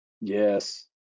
Yes